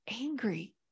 angry